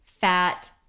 fat